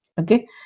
okay